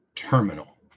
Terminal